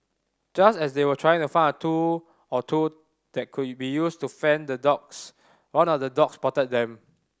just as they were trying to find a tool or two that could be used to fend the dogs one of the dogs spotted them